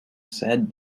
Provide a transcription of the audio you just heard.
said